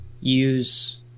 use